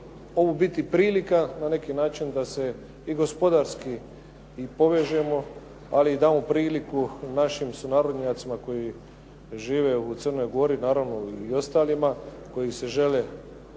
ovo biti prilika na neki način da se i gospodarski i povežemo ali i damo priliku našim sunarodnjacima koji žive u Crnoj Gori, naravno i ostalima koji se žele dokazati